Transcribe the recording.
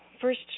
first